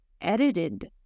edited